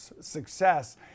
success